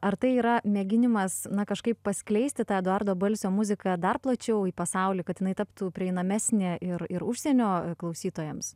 ar tai yra mėginimas na kažkaip paskleisti tą eduardo balsio muziką dar plačiau į pasaulį kad jinai taptų prieinamesnė ir ir užsienio klausytojams